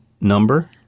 number